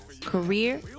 career